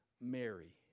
Mary